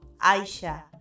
Aisha